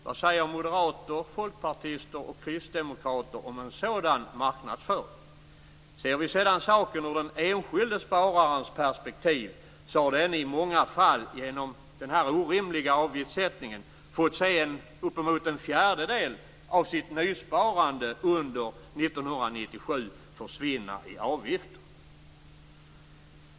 Vad säger moderater, folkpartister och kristdemokrater om en sådan marknadsföring? Ser vi sedan saken ur den enskilde spararens perspektiv ser vi att denne i många fall genom denna orimliga avgiftssättning fått se uppemot en fjärdedel av sitt nysparande under 1997 försvinna i avgifter.